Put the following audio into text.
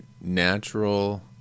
natural